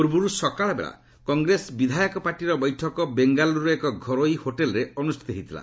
ପୂର୍ବରୁ ସକାଳ ବେଳା କଂଗ୍ରେସ ବିଧାୟକ ପାର୍ଟିର ବୈଠକ ବେଙ୍ଗାଲୁରୁର ଏକ ଘରୋଇ ହୋଟେଲ୍ରେ ଅନୁଷ୍ଠିତ ହୋଇଥିଲା